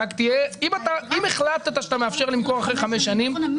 אם החלטת שאתה מאפשר למכור אחרי חמש שנים,